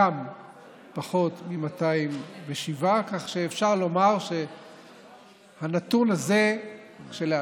גם פחות מ-207, כך שאפשר לומר שהנתון הזה כשלעצמו,